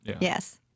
Yes